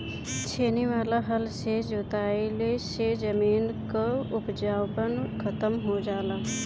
छेनी वाला हल से जोतवईले से जमीन कअ उपजाऊपन खतम हो जाला